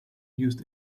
used